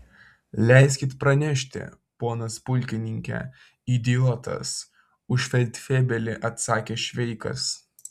leiskit pranešti ponas pulkininke idiotas už feldfebelį atsakė šveikas